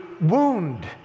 wound